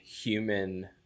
human